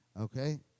Okay